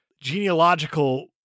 genealogical